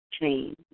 change